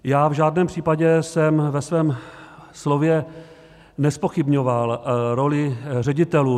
V žádném případě jsem ve svém slově nezpochybňoval roli ředitelů.